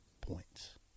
points